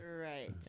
Right